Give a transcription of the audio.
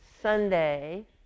Sunday